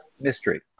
mystery